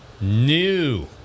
new